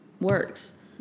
works